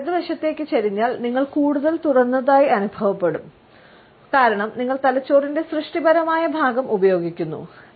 തല വലതുവശത്തേക്ക് ചരിഞ്ഞാൽ നിങ്ങൾ കൂടുതൽ തുറന്നതായി അനുഭവപ്പെടും കാരണം നിങ്ങൾ തലച്ചോറിന്റെ സൃഷ്ടിപരമായ ഭാഗം ഉപയോഗിക്കുന്നു